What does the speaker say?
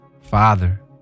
father